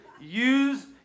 use